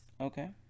Okay